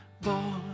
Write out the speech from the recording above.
boy